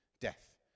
death